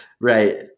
Right